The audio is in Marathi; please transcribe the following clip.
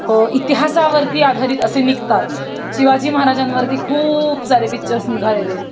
इतिहासावरती आधारित असे निघतात शिवाजी महाराजांवरती खूप सारे पिक्चर्स निघालेले आहेत